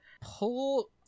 pull